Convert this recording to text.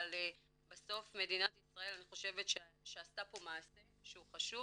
אבל בסוף מדינת ישראל אני חושבת שעשתה פה מעשה שהוא חשוב